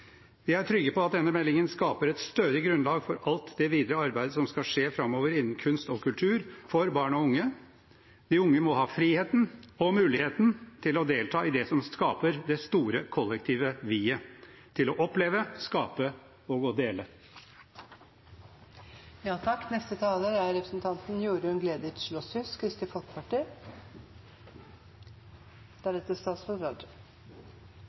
Vi er trygge på at denne meldingen skaper et stødig grunnlag for alt det videre arbeidet som skal skje framover innen kunst og kultur for barn og unge. De unge må ha friheten og muligheten til å delta i det som skaper det store kollektive vi-et, til å oppleve, skape og